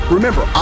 Remember